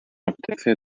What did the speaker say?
apetece